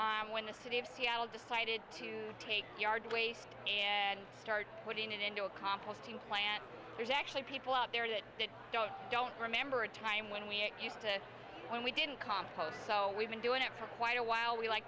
nine when the city of seattle decided to take yard waste and start putting it into a compost implant there's actually people up there in it that don't don't remember a time when we used to when we didn't compost so we've been doing it for quite a while we like